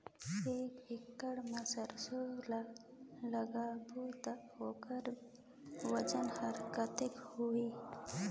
एक एकड़ मा सरसो ला लगाबो ता ओकर वजन हर कते होही?